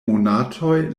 monatoj